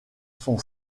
son